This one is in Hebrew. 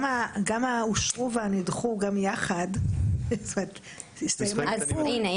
גם האושרו והנדחו גם יחד --- אז הנה,